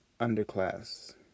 underclass